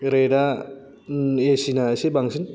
रेटआ एसिना एसे बांसिन